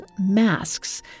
Masks